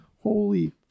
Holy